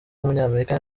w’umunyamerika